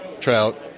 trout